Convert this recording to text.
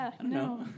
no